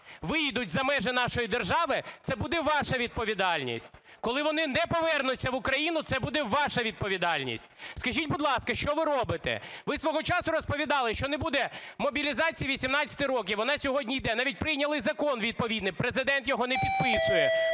виїдуть за межі нашої держави – це буде ваша відповідальність. Коли вони не повернуться в Україну – це буде ваша відповідальність. Скажіть, будь ласка, що ви робите? Ви свого часу розповідали, що не буде мобілізації 18 років, вона сьогодні йде, навіть прийняли закон відповідний, Президент його не підписує,